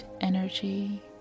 energy